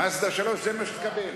"מאזדה 3" זה מה שתקבל.